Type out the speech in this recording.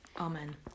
Amen